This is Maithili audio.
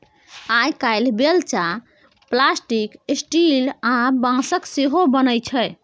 आइ काल्हि बेलचा प्लास्टिक, स्टील आ बाँसक सेहो बनै छै